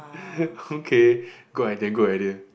okay good idea good idea